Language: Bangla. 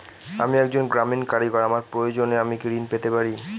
আমি একজন গ্রামীণ কারিগর আমার প্রয়োজনৃ আমি কি ঋণ পেতে পারি?